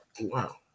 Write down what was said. Wow